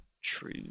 True